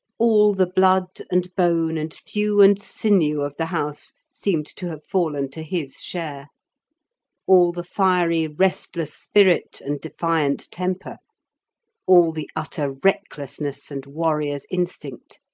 all the blood and bone and thew and sinew of the house seemed to have fallen to his share all the fiery, restless spirit and defiant temper all the utter recklessness and warrior's instinct.